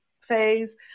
phase